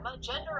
Gender